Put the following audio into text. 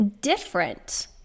different